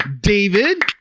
David